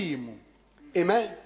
Amen